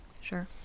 sure